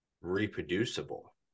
reproducible